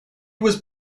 was